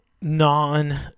non